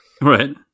right